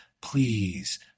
please